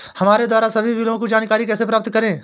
हमारे द्वारा सभी बिलों की जानकारी कैसे प्राप्त करें?